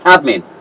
Admin